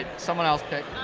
someone else pick.